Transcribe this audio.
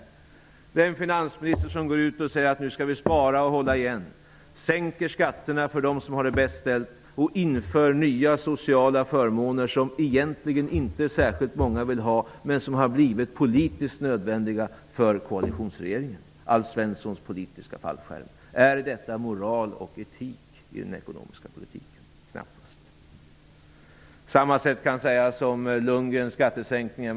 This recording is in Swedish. Till den finansminister som säger att vi skall spara och hålla igen, som sänker skatterna för dem som har det bäst ställt och som inför nya sociala förmåner som egentligen inte särskilt många vill ha men som har blivit politiskt nödvändiga för koalitionsregeringen -- Alf Svenssons politiska fallskärm -- vill jag ställa frågan: Är detta moral och etik i den ekonomiska politiken? Knappast! På samma sätt kan man tala om Bo Lundgrens skattesänkningar.